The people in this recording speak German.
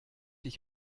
ich